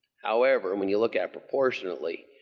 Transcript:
however, and when you look at proportionately,